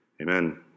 Amen